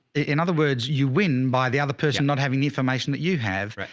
in other words, you win by the other person not having the information that you have. right.